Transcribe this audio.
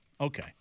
Okay